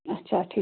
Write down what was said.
اچھا ٹھیٖک